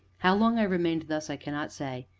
how long i remained thus i cannot say,